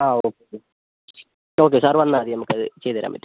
ആ okay okay sir വന്നാൽ മതി നമുക്ക് അത് ചെയ്ത് തരാൻ പറ്റും